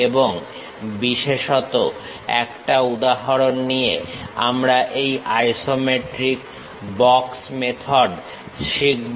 এবং বিশেষত একটা উদাহরণ নিয়ে আমরা এই আইসোমেট্রিক বক্স মেথড শিখব